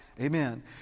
Amen